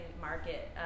market